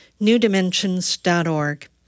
newdimensions.org